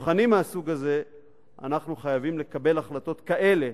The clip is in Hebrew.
במבחנים מהסוג הזה אנחנו חייבים לקבל החלטות כאלה,